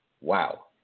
wow